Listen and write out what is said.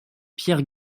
pierre